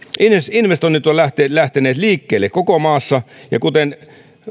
investoinnit ovat lähteneet liikkeelle koko maassa ja kuten